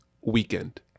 weekend